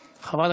נוכחת.